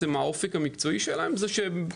האופק המקצועי של ה-PA האמריקנים זה שבקריירה